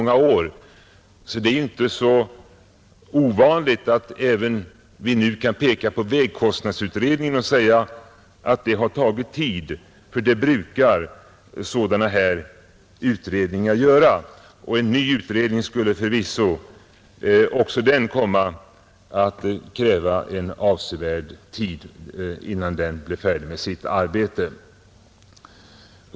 Det är alltså ingenting ovanligt, när man nu kan peka på vägkostnadsutredningen och säga att den har tagit tid, ty det brukar sådana här utredningar göra. En ny utredning skulle förvisso också komma att kräva avsevärd tid innan den blev färdig med sitt arbete.